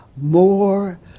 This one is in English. more